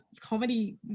comedy